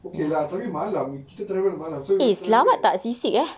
okay lah tapi malam we kita tak travel malam so you were travelling at